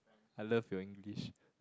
I love your English